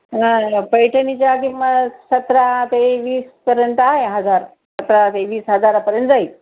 नाही ना पैठणीच्या किंमत सतरा ते वीसपर्यंत आहे हजार सतरा ते वीस हजारापर्यंत जाईल